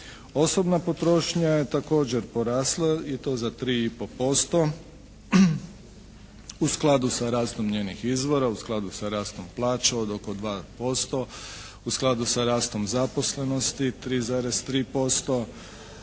Osobna potrošnja je također porasla i to za 3 i pol posto u skladu sa rastom njenih izvora, u skladu sa rastom plaće od oko 2%, u skladu sa rastom zaposlenosti 3,3%,